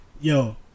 Yo